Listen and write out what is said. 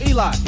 Eli